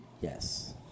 Yes